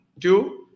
two